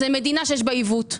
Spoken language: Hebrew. זאת מדינה שיש בה עיוות,